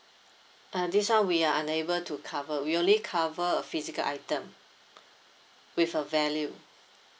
uh this one we are unable to cover we only cover physical item with a value